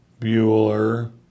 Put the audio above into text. Bueller